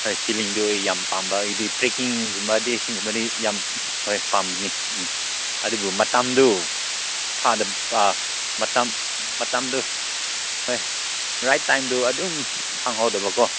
ꯍꯣꯏ ꯐꯤꯂꯤꯡꯗꯨ ꯑꯩ ꯌꯥꯝ ꯄꯥꯝꯕ ꯑꯩꯗꯤ ꯇ꯭ꯔꯦꯛꯀꯤꯡꯒꯨꯝꯕꯗꯤ ꯁꯤꯒꯨꯝꯕꯗꯤ ꯌꯥꯝ ꯍꯣꯏ ꯄꯥꯝꯕꯅꯤ ꯑꯗꯨꯕꯨ ꯃꯇꯝꯗꯨ ꯃꯇꯝꯗꯨ ꯍꯣꯏ ꯔꯥꯏꯠ ꯇꯥꯏꯝꯗꯨ ꯑꯗꯨꯝ ꯈꯪꯍꯧꯗꯕꯀꯣ